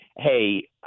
hey